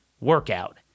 workout